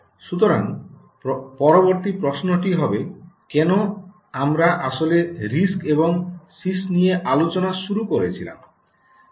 সুতরাং পরবর্তী প্রশ্নটি হবে কেন আমরা আসলে আরআইএসসি এবং সিআইএসসি নিয়ে আলোচনা শুরু করেছিলাম